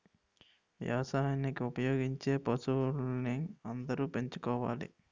వ్యవసాయానికి ఉపయోగించే పశువుల్ని అందరం పెంచుకోవాలి